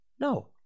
No